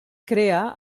crea